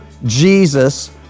Jesus